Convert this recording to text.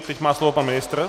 Teď má slovo pan ministr.